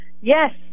Yes